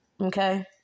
Okay